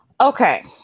Okay